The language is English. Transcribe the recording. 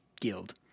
guild